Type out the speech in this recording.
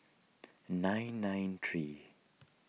nine nine three